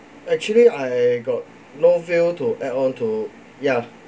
actually I got no view to add on to ya